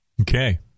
Okay